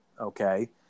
okay